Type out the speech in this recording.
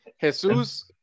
Jesus